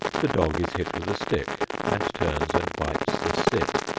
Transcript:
the dog is hit with a stick and turns and bites the stick.